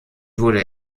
wurde